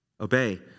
Obey